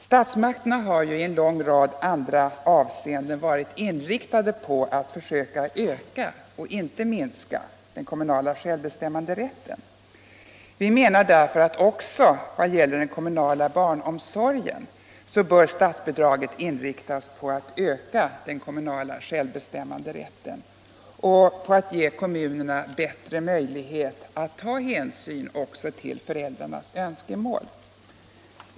Statsmakterna har i en lång rad andra avseenden varit inriktade på att öka — inte minska — den kommunala självbestämmanderätten. Vi menar därför att också vad gäller den kommunala barnomsorgen bör statsbidragen inriktas på att öka den kommunala självbestämmanderätten och på att ge kommunerna bättre möjlighet att ta hänsyn till föräldrarnas olika önskemål.